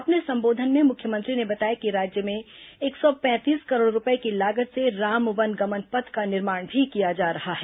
अपने संबोधन में मुख्यमंत्री ने बताया कि राज्य में एक सौ पैंतीस करोड़ रूपये की लागत से राम वनगमन पथ का निर्माण भी किया जा रहा है